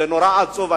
זה נורא עצוב,